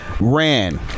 ran